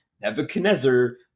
Nebuchadnezzar